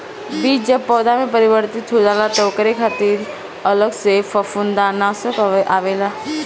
बीज जब पौधा में परिवर्तित हो जाला तब ओकरे खातिर अलग से फंफूदनाशक आवेला